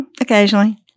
Occasionally